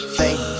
thank